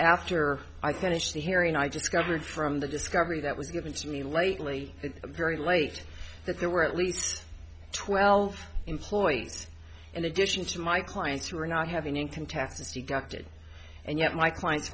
after i finish the hearing i just governed from the discovery that was given to me lately it's very late that there were at least twelve employees in addition to my clients who are not have an income taxes you ducted and yet my clients